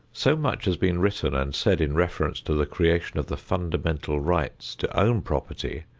so much has been written and said in reference to the creation of the fundamental rights to own property,